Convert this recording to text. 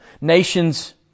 Nations